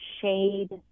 shade